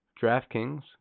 DraftKings